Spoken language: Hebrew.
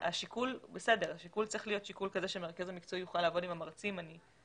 השיקול שהמרכז המקצועי יוכל לעבוד עם המרצים הוא